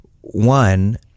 One